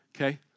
okay